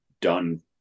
done